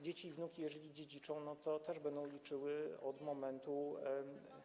Dzieci i wnuki, jeżeli dziedziczą, też będą liczyły od momentu.